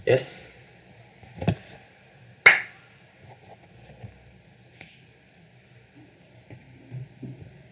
yes